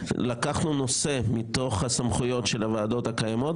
לקחנו נושא מתוך הסמכויות של הוועדות הקיימות,